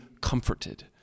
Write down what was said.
comforted